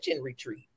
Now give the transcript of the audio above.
Retreat